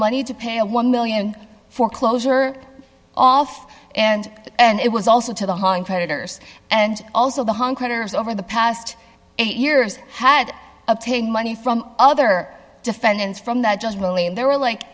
money to pay a one million dollars foreclosure off and and it was also to the hauling predators and also the hung creditors over the past eight years had obtained money from other defendants from that just really and there are like